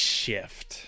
shift